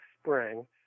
spring